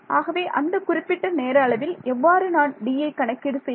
ஆகவே அந்த குறிப்பிட்ட நேர அளவில் எவ்வாறு நான் Dயை கணக்கீடு செய்வது